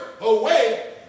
away